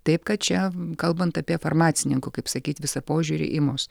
taip kad čia kalbant apie farmacininkų kaip sakyt visą požiūrį į mus